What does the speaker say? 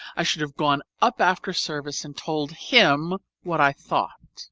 i should have gone up after service and told him what i thought.